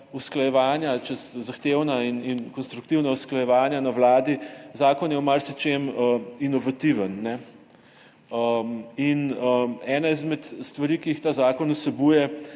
zahtevna in konstruktivna usklajevanja na Vladi, inovativen. Ena izmed stvari, ki jih ta zakon vsebuje,